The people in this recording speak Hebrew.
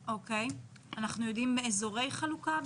אנחנו יודעים על אזורי חלוקה?